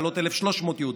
להעלות 1,300 יהודים,